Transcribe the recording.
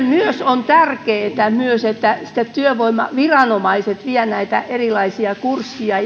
myös tärkeätä että työvoimaviranomaiset vielä näitä erilaisia kursseja